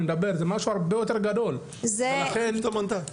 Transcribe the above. אני מדבר זה משהו הרבה יותר גדול ולכן -- שנייה,